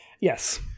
Yes